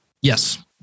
Yes